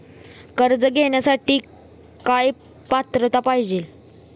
कर्ज घेण्यासाठी काय पात्रता पाहिजे?